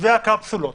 מתווה הקפסולות